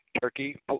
Turkey